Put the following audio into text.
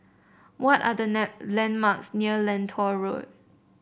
what are the landmarks near Lentor Road